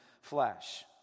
flesh